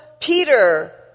Peter